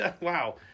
Wow